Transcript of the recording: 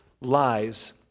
lies